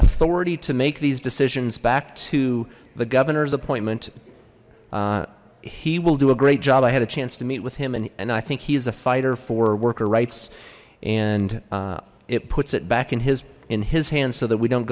authority to make these decisions back to the governor's appointment he will do a great job i had a chance to meet with him and i think he is a fighter for worker rights and it puts it back in his in his hands so that we don't